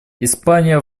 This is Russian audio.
испания